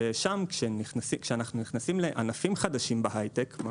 ושם כשאנחנו נכנסים לענפים חדשים בהייטק,